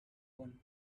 one